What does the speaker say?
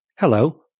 Hello